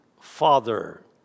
father